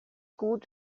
gut